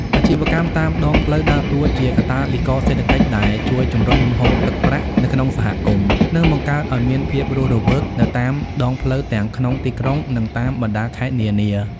អាជីវកម្មតាមដងផ្លូវដើរតួជាកាតាលីករសេដ្ឋកិច្ចដែលជួយជម្រុញលំហូរទឹកប្រាក់នៅក្នុងសហគមន៍ និងបង្កើតឱ្យមានភាពរស់រវើកនៅតាមដងផ្លូវទាំងក្នុងទីក្រុង និងតាមបណ្ដាខេត្តនានា។